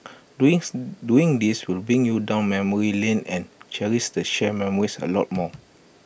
doing doing this will bring you down memory lane and cherish the shared memories A lot more